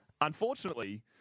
Unfortunately